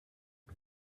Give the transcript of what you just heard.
die